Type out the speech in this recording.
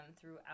throughout